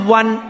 one